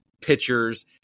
pitchers